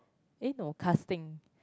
eh no casting